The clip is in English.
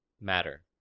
Matter